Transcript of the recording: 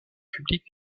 public